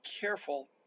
careful